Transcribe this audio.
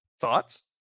Thoughts